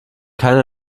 keine